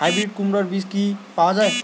Hybrid কুমড়ার বীজ কি পাওয়া য়ায়?